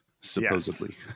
supposedly